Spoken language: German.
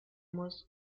muss